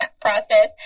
process